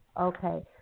Okay